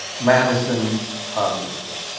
madison obviously.